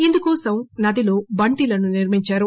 ఇందుకోసం నదిలో బంటిలను నిర్మించారు